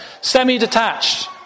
semi-detached